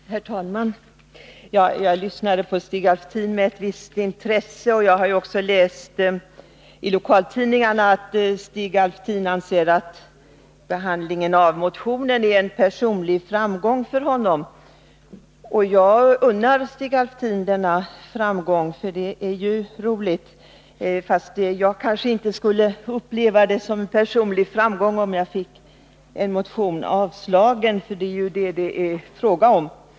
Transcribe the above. Herr talman! Jag lyssnade på Stig Alftin med ett visst intresse. Jag har även läst i lokaltidningarna att Stig Alftin anser att behandlingen av motionen innebär en personlig framgång för honom. Jag unnar honom denna framgång, för det är ju roligt. Men jag skulle kanske inte uppleva det som en personlig framgång att få en motion avstyrkt, vilket det ju här är fråga om.